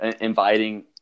inviting